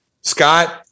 Scott